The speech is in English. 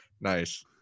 Nice